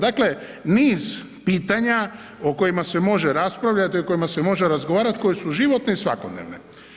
Dakle, niz pitanja o kojima se može raspravljati i o kojima se može razgovarati koje su životne i svakodnevne.